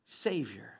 Savior